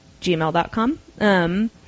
gmail.com